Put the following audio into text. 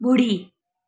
ॿुड़ी